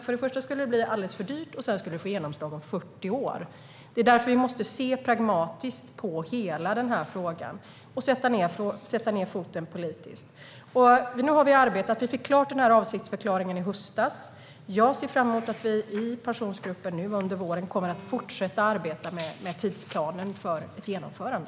För det första skulle det bli alldeles för dyrt, och för det andra skulle det få genomslag först om 40 år. Vi måste se pragmatiskt på hela den här frågan och sätta ned foten politiskt. Nu har vi arbetat. Vi fick klart avsiktsförklaringen i höstas. Jag ser fram emot att vi i pensionsgruppen nu under våren kommer att fortsätta arbeta med tidsplanen för ett genomförande.